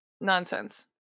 Nonsense